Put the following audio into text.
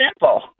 simple